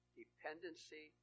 dependency